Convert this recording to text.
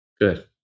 good